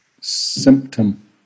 symptom